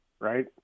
right